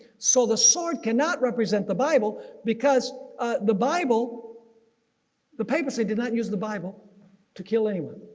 so the sword cannot represent the bible because the bible the papacy did not use the bible to kill anyone.